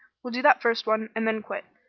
we'll do that first one, and then quit.